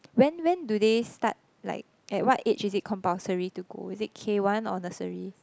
when when do they start like at what age is it compulsory to go is it K-one or nursery